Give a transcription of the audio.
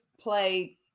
play